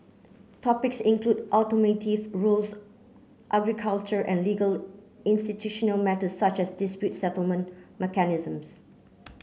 topics include automotive rules agriculture and legal institutional matter such as dispute settlement mechanisms